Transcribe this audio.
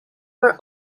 were